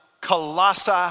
Colossae